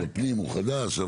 בפנים הוא חדש,